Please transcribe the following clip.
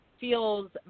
feels